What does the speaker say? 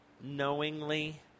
knowingly